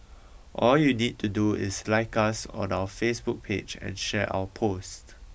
all you need to do is like us on our Facebook page and share our post